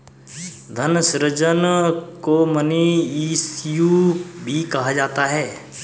धन सृजन को मनी इश्यू भी कहा जाता है